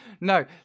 No